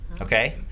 Okay